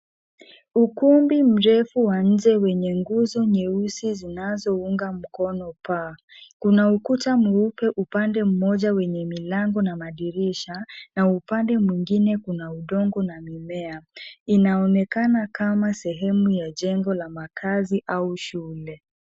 Ukumbi mrefu wa nje wenye nguzo nyeusi zinazounga mkono paa. Kuna ukuta mweupe upande mmoja, wenye milango na madirisha na upande mwingine kuna udongo na mimea. Inaonekana kama sehemu ya jengo la makazi au shule.